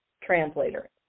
translator